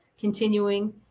continuing